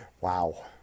Wow